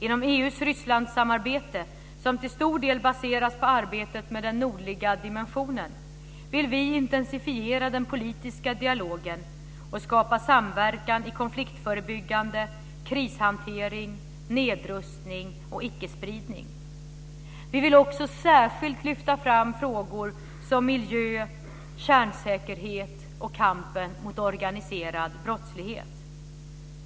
Inom EU:s Rysslandssamarbete, som till stor del baseras på arbetet med den nordliga dimensionen, vill vi intensifiera den politiska dialogen och skapa samverkan i konfliktförebyggande, krishantering, nedrustning och ickespridning. Vi vill också särskilt lyfta fram frågor som miljö, kärnsäkerhet och kampen mot organiserad brottslighet.